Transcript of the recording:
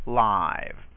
live